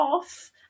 off